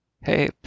Hey